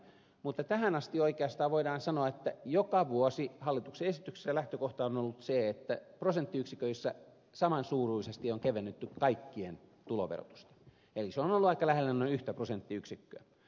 mutta oikeastaan voidaan sanoa että tähän asti joka vuosi hallituksen esityksissä lähtökohta on ollut se että prosenttiyksiköissä saman suuruisesti on kevennetty kaikkien tuloverotusta eli se on ollut aika lähellä noin yhtä prosenttiyksikköä